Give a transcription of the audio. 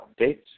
updates